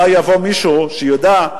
אולי יבוא מישהו שידע,